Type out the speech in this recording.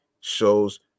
shows